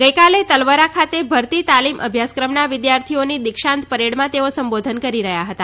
ગઇકાલે તલવરા ખાતે ભરતી તાલીમ અભ્યાસક્રમના વિદ્યાર્થીઓની દિક્ષાંત પરેડમાં તેઓ સંબોધન કરી રહ્યા હતા